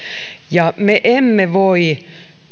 ja me emme voi